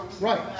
Right